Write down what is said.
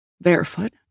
Barefoot